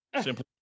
Simply